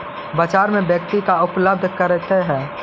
बाजार में व्यक्ति का उपलब्ध करते हैं?